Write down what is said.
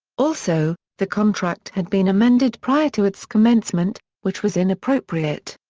also, the contract had been amended prior to its commencement, which was inappropriate.